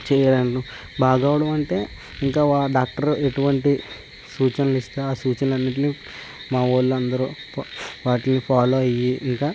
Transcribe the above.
చేయగలను బాగు అవడం అంటే ఇంకా డాక్టర్ ఎటువంటి సూచనలు ఇస్తాను ఆ సూచనలు అన్నింటినీ మావాళ్ళు అందరూ వాటిని ఫాలో అయ్యి ఇంకా